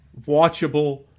watchable